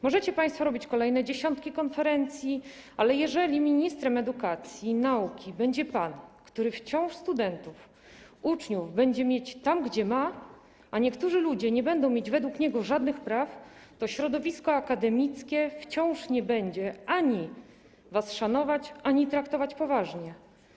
Możecie państwo robić kolejne dziesiątki konferencji, ale jeżeli ministrem edukacji i nauki będzie pan, który wciąż studentów, uczniów będzie mieć tam, gdzie ma, a niektórzy ludzie nie będą mieć według niego żadnych praw, to środowisko akademickie wciąż nie będzie was ani szanować, ani traktować poważnie.